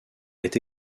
est